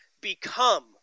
become